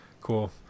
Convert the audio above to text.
cool